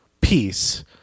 peace